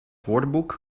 woordenboek